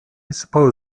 suppose